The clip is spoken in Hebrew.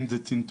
אם זה צנתור,